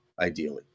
Ideally